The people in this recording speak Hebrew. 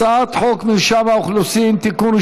הצעת חוק מרשם האוכלוסין (תיקון,